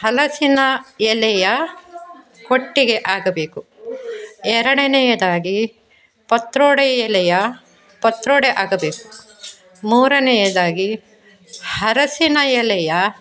ಹಲಸಿನ ಎಲೆಯ ಕೊಟ್ಟಿಗೆ ಆಗಬೇಕು ಎರಡನೆಯದಾಗಿ ಪತ್ರೊಡೆ ಎಲೆಯ ಪತ್ರೊಡೆ ಆಗಬೇಕು ಮೂರನೆಯದಾಗಿ ಅರಶಿನ ಎಲೆಯ